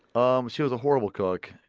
um she was a horrible cook.